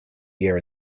year